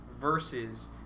versus